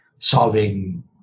Solving